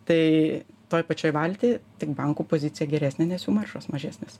tai toj pačioj valty tik bankų pozicija geresnė nes jų maržos mažesnės